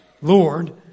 Lord